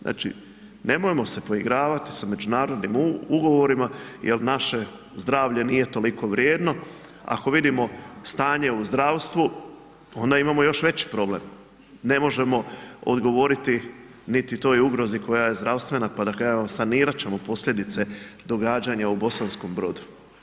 Znači, nemojmo se poigravati sa međunarodnim ugovorima jer naše zdravlje nije toliko vrijedno, ako vidimo stanje u zdravstvu onda imamo još veći problem, ne možemo odgovoriti niti toj ugrozi koja je zdravstvena pa da kažemo evo sanirati ćemo posljedice događanja u Bosanskom Brodu.